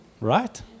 Right